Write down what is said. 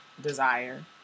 desire